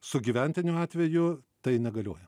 sugyventinių atveju tai negalioja